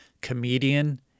comedian